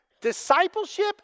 Discipleship